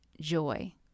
joy